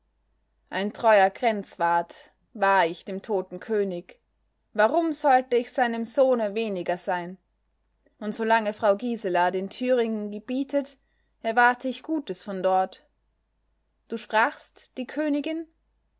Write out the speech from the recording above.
ein treuer grenzwart war ich dem toten könig warum sollte ich seinem sohne weniger sein und solange frau gisela den thüringen gebietet erwarte ich gutes von dort du sprachst die königin